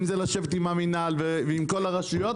אם זה לשבת עם המינהל ועם כל הרשויות